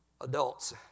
adults